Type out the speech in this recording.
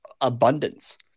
abundance